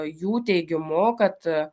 jų teigimu kad